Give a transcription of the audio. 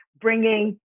bringing